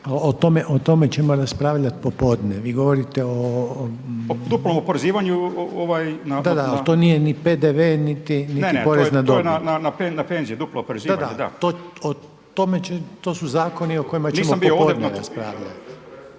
O tome ćemo raspravljati popodne. Vi govorite o/ … O duplom oporezivanju. … /Upadica Reiner: Da, ali to nije ni PDV niti porezna dobit./ … Ne, ne, to je na penziju, duplo oporezivanje, da. … /Upadica Reiner: To su zakoni o kojima ćemo popodne raspravljati./…